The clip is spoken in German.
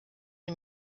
die